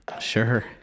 Sure